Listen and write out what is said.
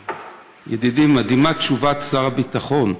ידידי, מדהימה תשובת שר הביטחון.